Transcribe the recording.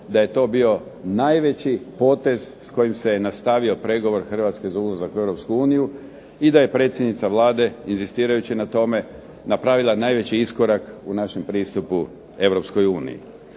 da je to bio najveći potez s kojim se nastavio pregovor Hrvatske za ulazak u Europsku uniju i da je predsjednica Vlade inzistirajući na tome napravila najveći iskorak u našem pristupu